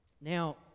Now